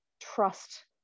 trust